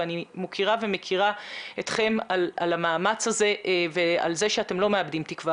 אני מכירה ומוקירה אתכם על המאמץ הזה ועל כך שאתם לא מאבדים תקווה